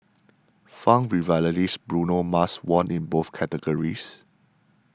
funk revivalist Bruno Mars won in both categories